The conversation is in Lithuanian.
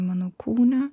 mano kūne